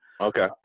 Okay